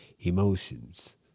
emotions